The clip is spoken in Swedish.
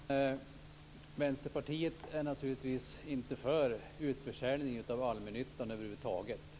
Herr talman! Vänsterpartiet är naturligtvis inte för utförsäljning av allmännyttan över huvud taget.